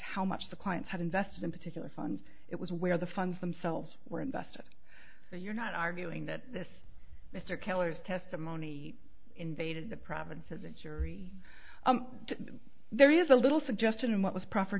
how much the clients had invested in particular funds it was where the funds themselves were invested so you're not arguing that this mr keller's testimony invaded the province's a jury there is a little suggestion in what was pro